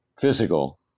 physical